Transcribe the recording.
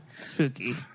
Spooky